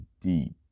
deep